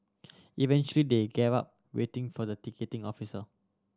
eventually they gave up waiting for the ticketing officer